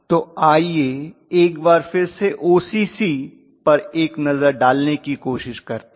तो आइए एक बार फिर से ओसीसी पर एक नज़र डालने की कोशिश करते हैं